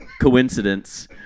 coincidence